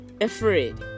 afraid